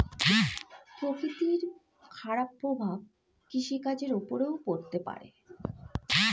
প্রকৃতির খারাপ প্রভাব কৃষিকাজের উপরেও পড়তে পারে